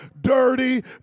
dirty